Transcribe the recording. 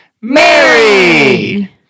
married